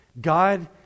God